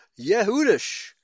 Yehudish